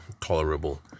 tolerable